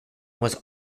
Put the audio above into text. was